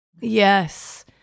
Yes